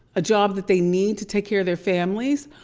a job that they need to take care of their families?